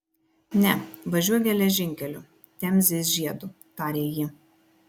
ne važiuok geležinkeliu temzės žiedu tarė ji